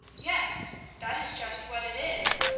yes, that is just what it is.